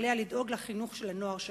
עליה לדאוג לחינוך של הנוער שלה.